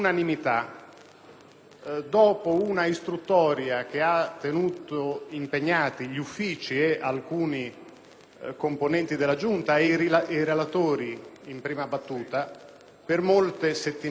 dopo un'istruttoria che ha tenuto impegnati gli uffici, alcuni componenti della Giunta e i relatori in prima battuta per molte settimane